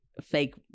fake